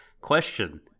Question